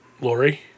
Lori